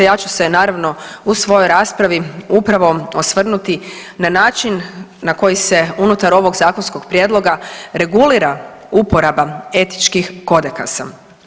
Ja ću se naravno u svojoj raspravi upravo osvrnuti na način na koji se unutar ovog Zakonskog prijedloga regulira uporaba etičkih kodekasa.